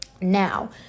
Now